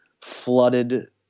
flooded